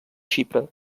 xipre